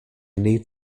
need